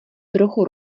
trochu